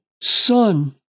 son